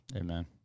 Amen